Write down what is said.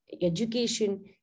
education